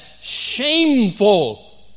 shameful